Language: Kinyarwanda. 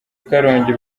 karongi